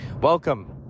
Welcome